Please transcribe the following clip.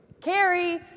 Carrie